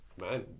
Man